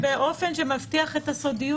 זה מופיע, מופיע באופן שמבטיח את הסודיות.